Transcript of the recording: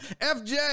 FJ